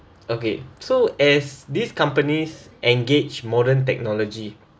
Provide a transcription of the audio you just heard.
okay so as these companies engage modern technology